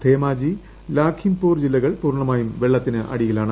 ധേമാജി ലാഖിംപൂർ ജില്ലകൾ പൂർണ്ണമായും വെള്ളത്തിനടിയിലാണ്